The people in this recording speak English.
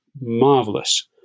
marvelous